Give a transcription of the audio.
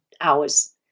hours